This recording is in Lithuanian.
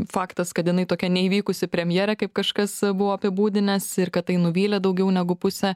faktas kad jinai tokia neįvykusi premjerė kaip kažkas buvo apibūdinęs ir kad tai nuvylė daugiau negu pusę